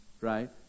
right